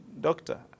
doctor